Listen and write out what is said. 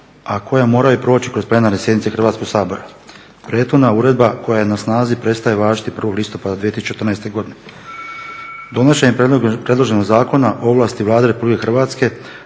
a koja moraju proći kroz plenarne sjednice Hrvatskog sabora. Prethodna uredba koja je na snazi prestaje važiti 1. listopada 2014. godine. Donošenjem predloženog zakona ovlasti Vlade Republike Hrvatske